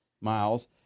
Miles